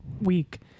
week